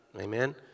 Amen